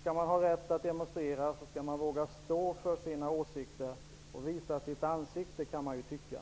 Skall man ha rätt att demonstrera skall man våga stå för sina åsikter och visa sitt ansikte, kan man tycka.